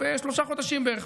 בשלושה חודשים בערך,